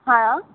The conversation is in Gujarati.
હા